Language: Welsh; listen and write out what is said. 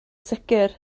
sicr